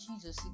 Jesus